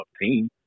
team